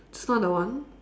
just now that one